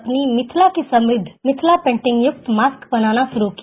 अपनी मिथिला की समृद्ध मिथिला पेंटिंग युक्त मास्क बनाना शुरू किया